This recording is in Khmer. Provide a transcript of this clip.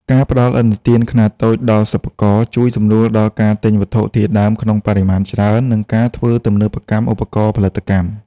ការផ្ដល់ឥណទានខ្នាតតូចដល់សិប្បករ ជួយសម្រួលដល់ការទិញវត្ថុធាតុដើមក្នុងបរិមាណច្រើន និងការធ្វើទំនើបកម្មឧបករណ៍ផលិតកម្ម។